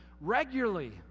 regularly